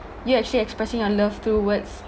you actually expressing your love towards